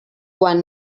quan